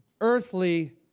earthly